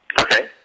Okay